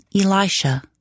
Elisha